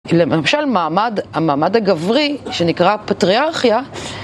למשל המעמד הגברי, שנקרא פטריארכיה